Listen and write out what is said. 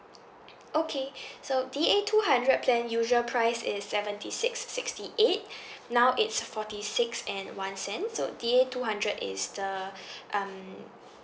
okay so D_A two hundred plan usual price is seventy six sixty eight now it's forty six and one cent so D_A two hundred is the um